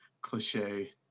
cliche